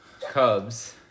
Cubs